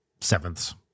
sevenths